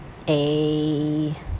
eh